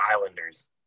Islanders